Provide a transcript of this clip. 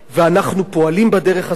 ואנחנו פועלים בדרך הזאת,